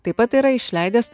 taip pat yra išleidęs